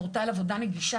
פורטל עבודה נגישה,